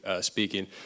speaking